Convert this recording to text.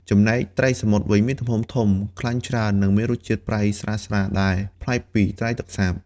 ចំណែកត្រីសមុទ្រវិញមានទំហំធំ ខ្លាញ់ច្រើន និងមានរសជាតិប្រៃស្រាលៗដែលប្លែកពីត្រីទឹកសាប។